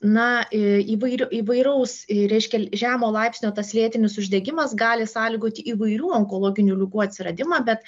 na įvair įvairaus reiškia žemo laipsnio tas lėtinis uždegimas gali sąlygoti įvairių onkologinių ligų atsiradimą bet